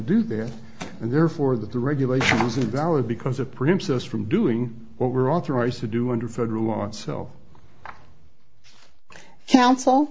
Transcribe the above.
do that and therefore that the regulation is invalid because it prevents us from doing what we're authorized to do under federal law itself coun